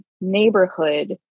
neighborhood